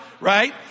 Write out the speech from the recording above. Right